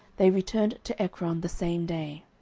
they returned to ekron the same day.